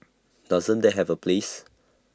doesn't that have A place